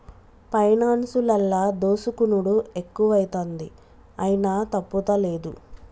పైనాన్సులల్ల దోసుకునుడు ఎక్కువైతంది, అయినా తప్పుతలేదు